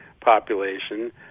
population